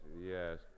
yes